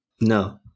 No